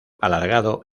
alargado